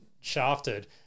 shafted